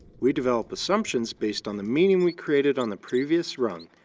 we develop assumptions based on the meaning we created on the previous rung,